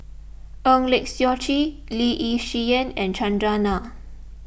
Eng Lee Seok Chee Lee Yi Shyan and Chandran Nair